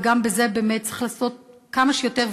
וגם בזה צריך לעשות כמה שיותר,